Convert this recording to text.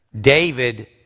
david